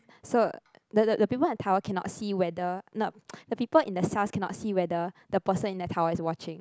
so the the the people in the tower cannot see whether no the people in the cells cannot see whether the person in the tower is watching